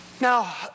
Now